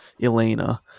elena